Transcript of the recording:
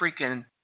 freaking